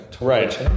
right